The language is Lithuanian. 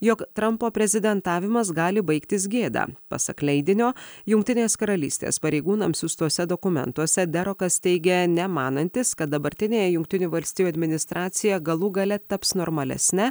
jog trampo prezidentavimas gali baigtis gėda pasak leidinio jungtinės karalystės pareigūnams siųstuose dokumentuose derokas teigia nemanantis kad dabartinė jungtinių valstijų administracija galų gale taps normalesne